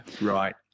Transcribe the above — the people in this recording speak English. right